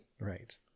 Right